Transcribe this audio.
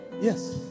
Yes